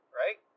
right